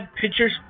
pictures